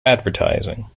advertising